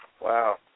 Wow